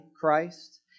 Christ